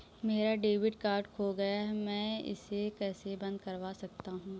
मेरा debit card खो गया है मैं इसे कैसे बंद करवा सकता हूँ?